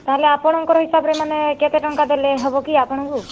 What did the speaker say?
ତା'ହେଲେ ଆପଣଙ୍କର ହିସାବରେ ମାନେ କେତେ ଟଙ୍କା ଦେଲେ ହେବକି ଆପଣଙ୍କୁ